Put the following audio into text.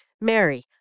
Mary